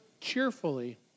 cheerfully